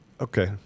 Okay